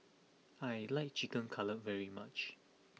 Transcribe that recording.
I like Chicken Cutlet very much